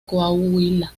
coahuila